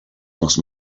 not